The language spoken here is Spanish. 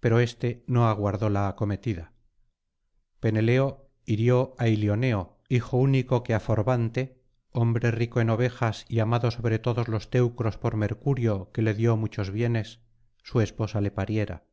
pero éste no aguardó la acometida peneleo hirió á ilioneo hijo único que á forbante hombre rico en ovejas y amado sobre todos los teucros por mercurio que le dio muchos bienes su esposa le pariera